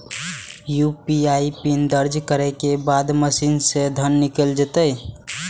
UPI PIN दर्ज करै के बाद मशीन सं धन निकैल जायत